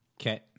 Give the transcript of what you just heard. Okay